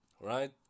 Right